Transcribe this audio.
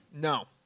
No